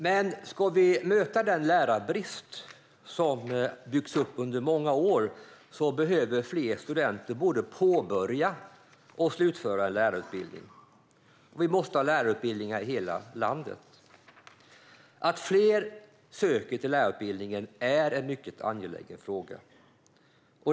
Men ska vi möta den lärarbrist som byggts upp under många år behöver fler studenter både påbörja och slutföra en lärarutbildning. Vi måste också ha lärarutbildningar i hela landet. Att fler söker till lärarutbildningen är en mycket angelägen fråga.